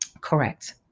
Correct